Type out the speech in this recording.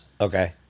Okay